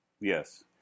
Yes